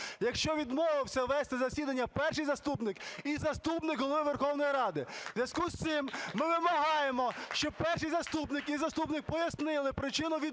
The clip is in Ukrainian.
якщо відмовився вести засідання Перший заступник і заступник Голови Верховної Ради. У зв'язку з цим ми вимагаємо, щоб перший заступник і заступник пояснили причину відмови